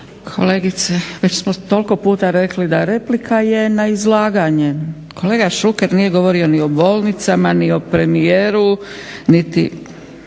Kolegice već smo toliko puta rekli da replika je na izlaganje. Kolega Šuker nije govorio ni o bolnicama, ni o premijeru, niti